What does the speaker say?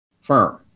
firm